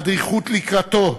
הדריכות לקראתו,